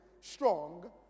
strong